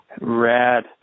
Rad